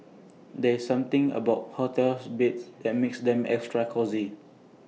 there's something about hotel beds that makes them extra cosy